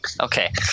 Okay